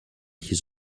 his